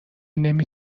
نمی